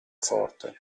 forte